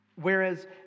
Whereas